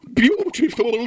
beautiful